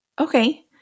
Okay